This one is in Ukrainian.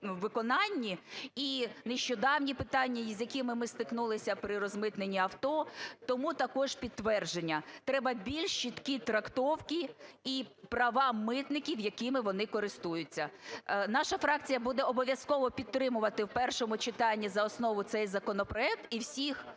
виконанні. І нещодавні питання, з якими ми стикнулися при розмитнені авто, тому також підтвердження. Треба більш чіткі трактовки і права митників, якими вони користуються. Наша фракція буде обов'язково підтримувати в першому читанні за основу цей законопроект. І всіх